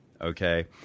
Okay